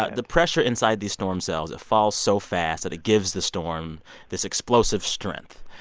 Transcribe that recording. ah the pressure inside these storm cells falls so fast that it gives the storm this explosive strength.